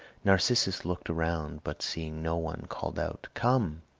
narcissus looked around, but seeing no one called out, come.